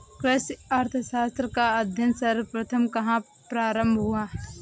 कृषि अर्थशास्त्र का अध्ययन सर्वप्रथम कहां प्रारंभ हुआ?